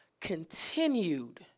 continued